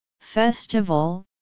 Festival